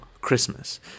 Christmas